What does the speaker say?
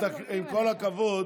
עם כל הכבוד,